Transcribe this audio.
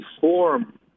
form